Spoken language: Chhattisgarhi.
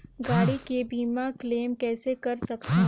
गाड़ी के बीमा क्लेम कइसे कर सकथव?